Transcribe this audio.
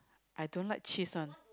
I don't like cheese one